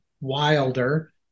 wilder